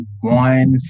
one